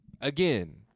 Again